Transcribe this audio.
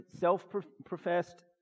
self-professed